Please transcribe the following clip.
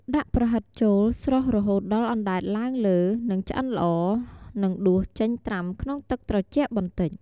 ដាក់ប្រហិតចូលស្រុះរហូតដល់អណ្ដែតឡើងលើ និងឆ្អិនល្អ និងដួសចេញត្រាំក្នុងទឹកត្រជាក់បន្តិច។